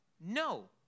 No